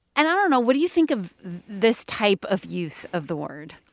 and i don't know. what do you think of this type of use of the word?